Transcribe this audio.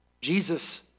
Jesus